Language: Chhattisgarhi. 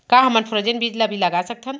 का हमन फ्रोजेन बीज ला भी लगा सकथन?